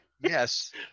Yes